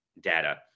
data